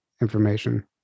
information